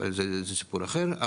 אבל זה סיפור אחר.